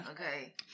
Okay